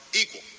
equal